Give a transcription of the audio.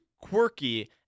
quirky